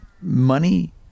money